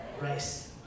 rice